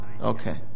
okay